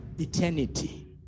Eternity